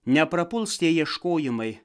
neprapuls tie ieškojimai